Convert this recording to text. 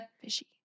fishy